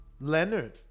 Leonard